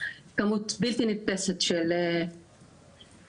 כמות בלתי נתפסת של טיפולים,